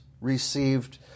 received